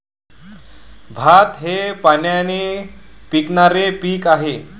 भात हे पाण्याने पिकणारे पीक आहे